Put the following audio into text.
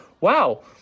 Wow